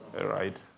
right